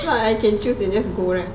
it's not I can choose and go right